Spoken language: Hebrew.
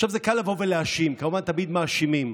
זה קל לבוא ולהאשים, כמובן תמיד מאשימים.